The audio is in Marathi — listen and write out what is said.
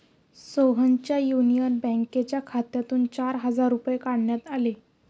सोहनच्या युनियन बँकेच्या खात्यातून चार हजार रुपये काढण्यात आले